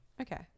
Okay